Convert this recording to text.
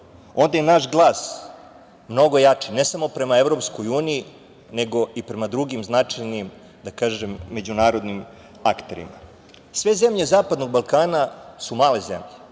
onda je i naš glas mnogo jači, ne samo prema EU, nego i prema drugim značajnim međunarodnim akterima. Sve zemlje zapadnom Balkana su male zemlje.